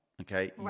Okay